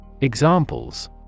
Examples